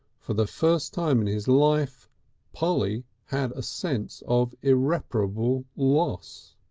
for the first time in his life polly had a sense of irreparable loss.